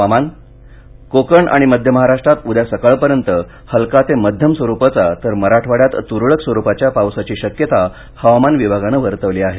हवामान कोकण आणि मध्य महाराष्ट्रात उद्या सकाळपर्यंत हलका ते मध्यम स्वरुपाचा तर मराठवाड्यात तुरळक स्वरूपाच्या पावसाची शक्यता हवामान विभागान वर्तवली आहे